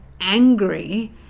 angry